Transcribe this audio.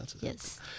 yes